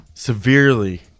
severely